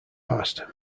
past